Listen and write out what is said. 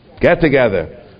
get-together